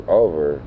over